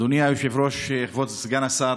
אדוני היושב-ראש, כבוד סגן השר,